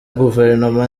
guverinoma